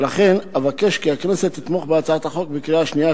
ולכן אבקש כי הכנסת תתמוך בה בקריאה השנייה